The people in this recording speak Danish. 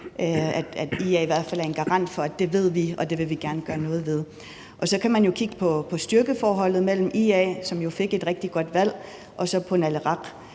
er IA i hvert fald garant for at gøre noget ved, for det ved vi. Så kan man kigge på styrkeforholdet mellem IA, som jo fik et rigtig godt valg, og så på Naleraq.